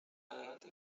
elementem